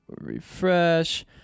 refresh